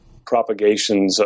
propagations